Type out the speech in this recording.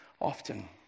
often